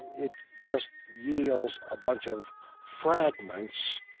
it just yields a bunch of fragments